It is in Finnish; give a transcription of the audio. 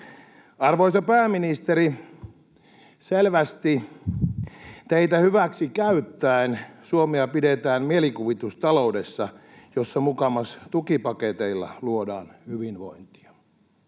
Arvoisa pääministeri, selvästi teitä hyväksi käyttäen Suomea pidetään mielikuvitusta-loudessa, jossa mukamas tukipaketeilla luodaan hyvinvointia.